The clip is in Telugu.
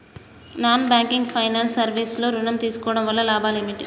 నాన్ బ్యాంకింగ్ ఫైనాన్స్ సర్వీస్ లో ఋణం తీసుకోవడం వల్ల లాభాలు ఏమిటి?